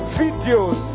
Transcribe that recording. videos